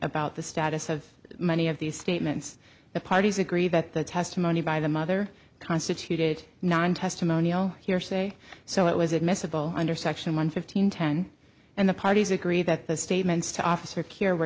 about the status of many of these statements the parties agree that the testimony by the mother constituted non testimonial hearsay so it was admissible under section one fifteen ten and the parties agree that the statements to officer